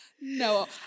no